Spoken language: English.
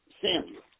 Samuel